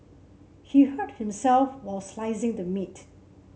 he hurt himself while slicing the meat